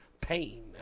pain